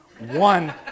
One